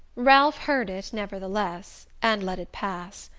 ralph heard it, nevertheless, and let it pass.